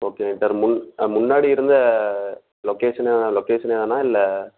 okay டர் முன் அ முன்னாடி இருந்த லொக்கேஷனை லொக்கேஷனே தானா இல்லை